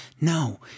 No